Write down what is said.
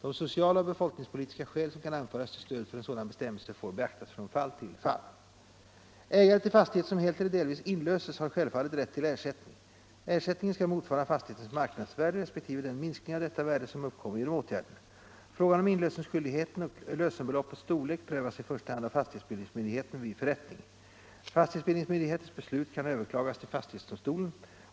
De sociala och befolkningspolitiska skäl som kan anföras till stöd för en sådan bestämmelse får beaktas från fall till fall. Ägare till fastighet som helt eller delvis inlöses har självfallet rätt till ersättning. Ersättningen skall motsvara fastighetens marknadsvärde respektive den minskning av detta värde som uppkommer genom åtgärden. Frågan om inlösenskyldighet och lösenbeloppets storlek prövas i första hand av fastighetsbildningsmyndigheten vid förrättning. Fastighetsbildningsmyndighetens beslut kan överklagas till fastighetsdomstolen.